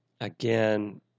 again